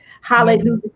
Hallelujah